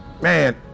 man